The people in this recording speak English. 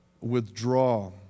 withdraw